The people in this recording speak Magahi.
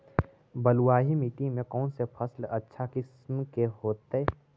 बलुआही मिट्टी में कौन से फसल अच्छा किस्म के होतै?